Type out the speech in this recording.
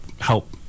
help